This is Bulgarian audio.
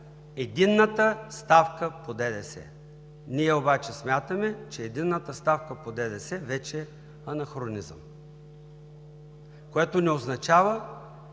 единната ставка по ДДС. Ние обаче смятаме, че единната ставка по ДДС е вече анахронизъм, което не означава,